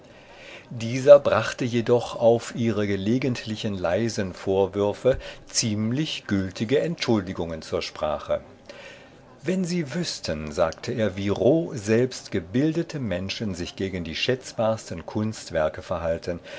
dieser brachte jedoch auf ihre gelegentlichen leisen vorwürfe ziemlich gültige entschuldigungen zur sprache wenn sie wüßten sagte er wie roh selbst gebildete menschen sich gegen die schätzbarsten kunstwerke verhalten